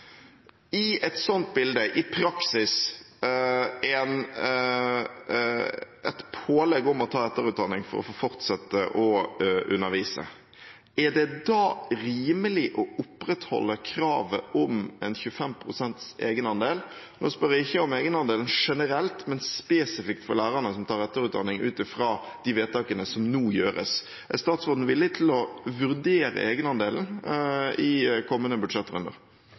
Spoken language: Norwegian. I et sånt bilde, i praksis et pålegg om å ta etterutdanning for å få fortsette å undervise, er det da rimelig å opprettholde kravet om en egenandel på 25 pst.? Nå spør jeg ikke om egenandelen generelt, men spesifikt for lærere som tar etterutdanning ut fra de vedtakene som nå gjøres. Er statsråden villig til å vurdere egenandelen i kommende budsjettrunder?